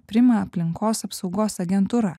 priima aplinkos apsaugos agentūra